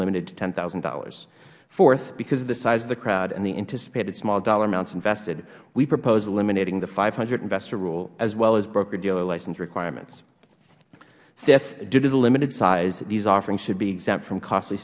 limited to ten thousand dollars fourth because of the size of the crowd and the anticipated small dollar amounts invested we propose eliminating the five hundred investor rule as well as brokerdealer license requirements fifth due to the limited size these offerings should be exempt from costly